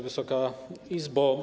Wysoka Izbo!